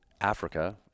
Africa